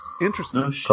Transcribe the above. Interesting